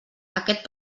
aquest